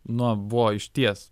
nu buvo išties